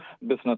business